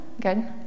Good